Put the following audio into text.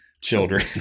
children